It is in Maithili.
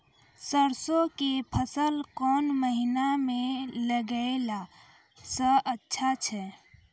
सरसों के फसल कोन महिना म लगैला सऽ अच्छा होय छै?